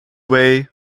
way